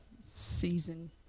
season